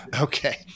Okay